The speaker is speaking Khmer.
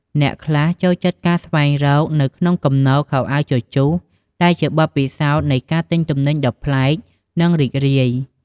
អ្នកខ្លះចូលចិត្តការស្វែងរក នៅក្នុងគំនរខោអាវជជុះ ដែលជាបទពិសោធន៍នៃការទិញទំនិញដ៏ប្លែក និងរីករាយ។